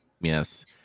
yes